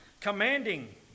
commanding